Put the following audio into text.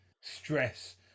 stress